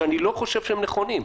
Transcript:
שאני לא חושב שהם נכונים.